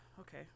okay